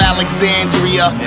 Alexandria